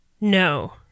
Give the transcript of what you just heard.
No